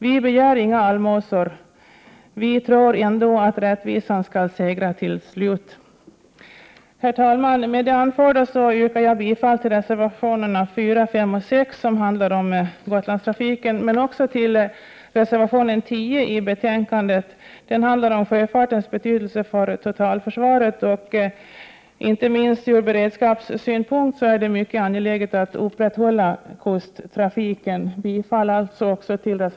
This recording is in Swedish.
Vi begär inga allmosor. Vi tror ändå att rättvisan till slut skall segra. Herr talman! Med det anförda yrkar jag bifall till reservationerna 4, 5 och 6, som handlar om Gotlandstrafiken. Dessutom yrkar jag bifall till reservation 10, som handlar om sjöfartens betydelse för totalförsvaret. Inte minst ur beredskapssynpunkt är det mycket angeläget att kusttrafiken upprätthålls.